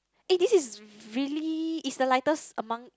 eh this is really is the lightest among